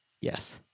Yes